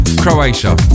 Croatia